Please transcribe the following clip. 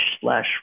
slash